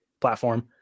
platform